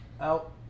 out